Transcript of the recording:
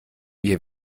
ihr